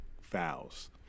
fouls